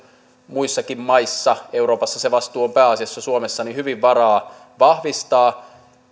muissakin maissa euroopassa se vastuu on pääasiassa suomessa hyvin varaa vahvistaa